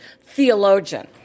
theologian